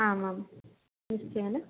आम् आं निश्चयेन